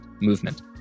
movement